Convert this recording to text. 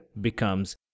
becomes